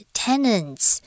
tenants